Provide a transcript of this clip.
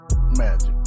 magic